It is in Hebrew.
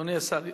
אדוני השר,